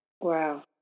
Wow